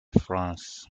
france